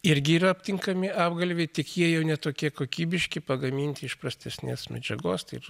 irgi yra aptinkami apgalviai tik jie jau ne tokie kokybiški pagaminti iš prastesnės medžiagos taip